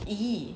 !ee!